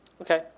Okay